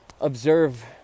observe